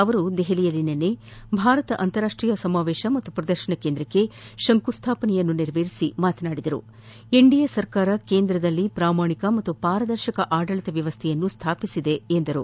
ಅವರು ನವದೆಹಲಿಯಲ್ಲಿ ನಿನ್ನೆ ಭಾರತ ಅಂತಾರಾಷ್ಟೀಯ ಸಮಾವೇಶ ಮತ್ತು ಪ್ರದರ್ಶನ ಕೇಂದ್ರಕ್ಕೆ ಶಂಕುಸ್ಲಾಪನೆ ನೆರವೇರಿಸಿ ಮಾತನಾದಿ ಎನ್ಡಿಎ ಸರ್ಕಾರ ಕೇಂದ್ರದಲ್ಲಿ ಪ್ರಾಮಾಣಿಕ ಮತ್ತು ಪಾರದರ್ಶಕ ಆದಳಿತ ವ್ಯವಸ್ಥೆಯನ್ನು ಸ್ವಾಪಿಸಿದೆ ಎಂದರು